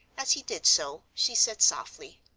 as he did so, she said softly,